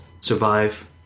survive